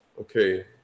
Okay